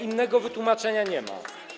Innego wytłumaczenia nie ma.